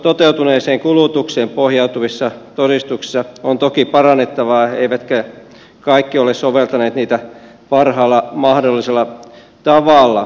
toteutuneeseen kulutukseen pohjautuvissa todistuksissa on toki parannettavaa eivätkä kaikki ole soveltaneet niitä parhaalla mahdollisella tavalla